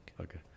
Okay